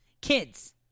Kids